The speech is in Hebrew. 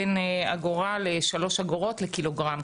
בין אגורה לשלוש אגורות לקילוגרם.